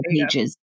pages